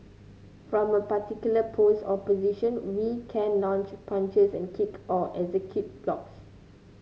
from a particular pose or position we can launch punches and kick or execute blocks